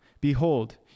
behold